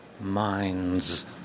minds